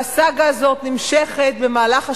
והסאגה הזאת נמשכת במהלך השנים.